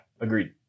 agreed